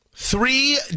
Three